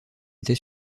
était